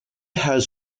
has